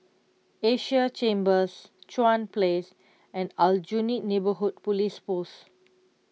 Asia Chambers Chuan Place and Aljunied Neighbourhood Police Post